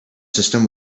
system